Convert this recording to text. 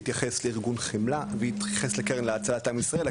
שהתייחס לארגון חמלה והתייחס לקרן להצלת עם ישראל.